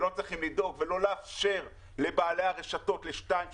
ולא צריכים לאפשר לשניים,